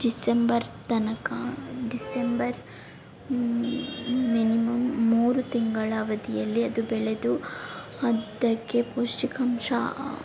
December ತನಕ December minimum ಮೂರು ತಿಂಗಳ ಅವಧಿಯಲ್ಲಿ ಅದು ಬೆಳೆದು ಅದಕ್ಕೆ ಪೌಷ್ಟಿಕಾಂಶ